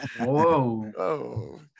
Whoa